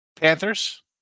Panthers